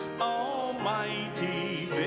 Almighty